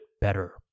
better